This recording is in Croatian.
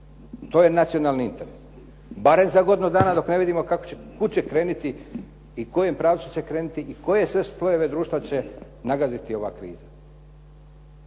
To je nacionalni interes, barem za godinu dana dok ne vidimo kud će krenuti i u kojem pravcu će krenuti i koje sve slojeve društva će nagaziti ova kriza.